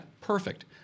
perfect